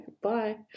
bye